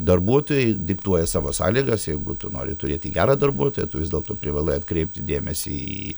darbuotojai diktuoja savo sąlygas jeigu tu nori turėti gerą darbuotoją tu vis dėlto privalai atkreipti dėmesį į